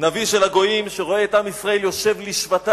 נביא של הגויים, שרואה את עם ישראל יושב לשבטיו,